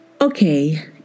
Okay